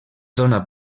dóna